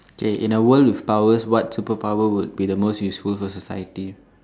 okay in the world with powers what superpower would be the most useful for society